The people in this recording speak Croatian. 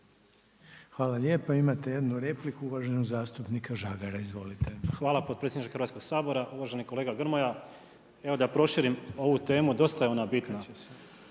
Hvala lijepa. Imate jednu repliku uvaženog zastupnika Žagara, izvolite. **Žagar, Tomislav (Nezavisni)** Hvala potpredsjedniče Hrvatskog sabora. Uvaženi kolega Grmoja evo da proširim ovu temu, dosta je ona bitna.